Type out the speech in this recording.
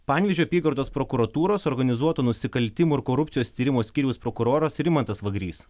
panevėžio apygardos prokuratūros organizuotų nusikaltimų ir korupcijos tyrimo skyriaus prokuroras rimantas vagrys